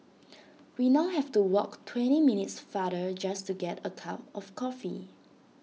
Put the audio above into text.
we now have to walk twenty minutes farther just to get A cup of coffee